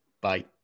Bye